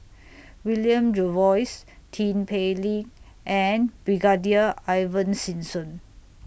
William Jervois Tin Pei Ling and Brigadier Ivan Simson